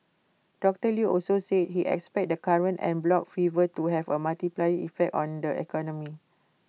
doctor Lew also said he expects the current en bloc fever to have A multiplier effect on the economy